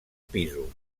pisos